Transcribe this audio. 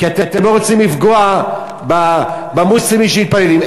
כי אתם לא רוצים לפגוע במוסלמים שמתפללים.